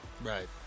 Right